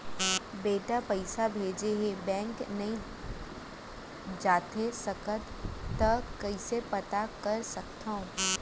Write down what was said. बेटा पइसा भेजे हे, बैंक नई जाथे सकंव त कइसे पता कर सकथव?